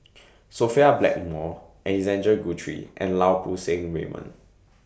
Sophia Blackmore Alexander Guthrie and Lau Poo Seng Raymond